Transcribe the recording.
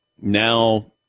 now